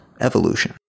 evolution